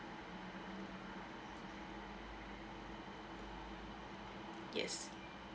yes